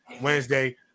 Wednesday